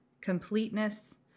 completeness